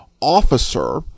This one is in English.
officer